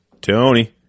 Tony